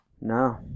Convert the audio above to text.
No